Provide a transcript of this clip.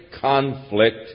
conflict